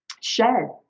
share